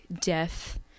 death